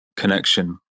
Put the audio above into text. connection